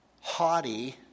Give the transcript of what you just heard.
haughty